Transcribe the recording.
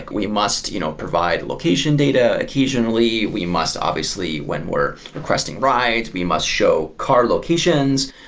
we must you know provide location data occasionally. we must obviously, when we're requesting rides, we must show car locations.